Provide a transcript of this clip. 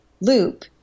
loop